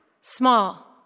small